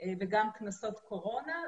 וגם קנסות קורונה.